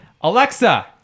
alexa